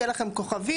יהיה לכם כוכבית,